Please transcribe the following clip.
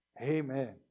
amen